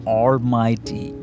almighty